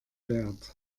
wert